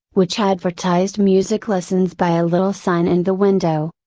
which advertised music lessons by a little sign in the window.